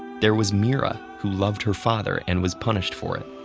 there was myrrah, who loved her father and was punished for it,